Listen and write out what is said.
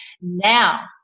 now